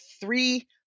three